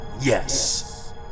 Yes